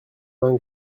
main